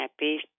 Happy